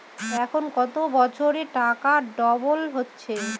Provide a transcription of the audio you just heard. এখন কত বছরে টাকা ডবল হচ্ছে?